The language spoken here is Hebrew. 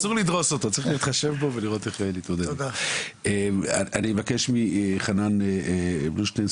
אני אבקש מחנן בלומשטיין,